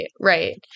Right